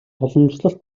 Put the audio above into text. уламжлалт